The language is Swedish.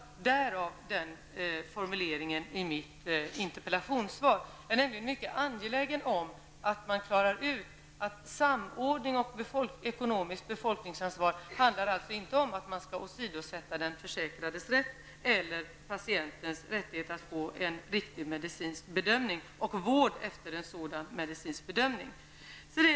Det är bakgrunden till formuleringen i mitt interpellationssvar. Jag är nämligen mycket angelägen om att man klarar ut att samordning och ekonomiskt befolkningsansvar inte innebär att man skall åsidosätta den försäkrades rätt eller patientens rättigheter att få en riktig medicinsk bedömning och vård efter en sådan bedömning.